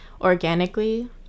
organically